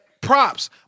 props